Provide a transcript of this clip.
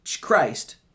Christ